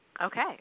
Okay